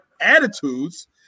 attitudes